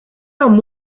amb